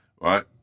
Right